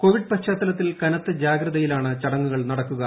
Covid പശ്ചാത്തലത്തിൽ കനത്ത ജാഗ്രതയിലാണ് ചടങ്ങുകൾ നടക്കുക